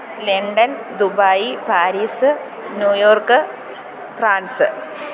London Dubai Paris New York France